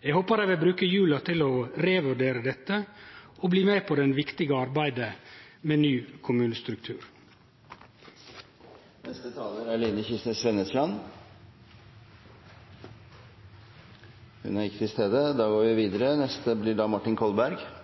Eg håpar dei vil bruke jula til å revurdere dette og bli med på det viktige arbeidet med ein ny kommunestruktur. Som det er